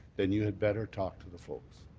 then you had better talk to the folks.